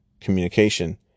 communication